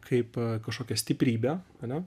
kaip kažkokia stiprybe ane